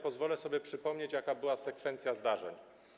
Pozwolę sobie przypomnieć, jaka była sekwencja zdarzeń.